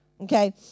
Okay